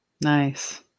Nice